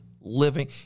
living